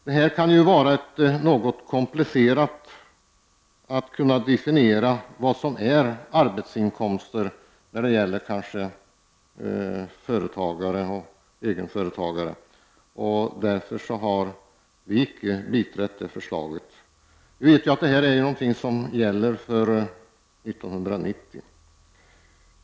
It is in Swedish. Det kan vara något komplicerat att definiera vad som är arbetsinkomster när det gäller företagare — och egenföretagare. Därför har vi inte biträtt det förslaget. Vi vet ju att detta är någonting som gäller för 1990.